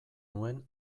nuen